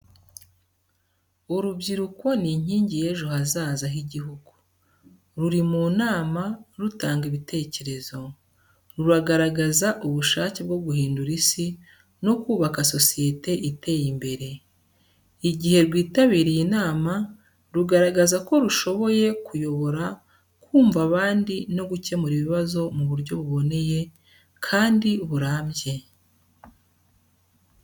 Urubyiruko ni inkingi y’ejo hazaza h'igihugu, ruri munama rutanga ibitekerezo. Ruragaragaza ubushake bwo guhindura Isi no kubaka sosiyete iteye imbere. Igihe rwitabiriye inama, rugaragaza ko rushoboye kuyobora, kumva abandi no gukemura ibibazo mu buryo buboneye kandi burambye.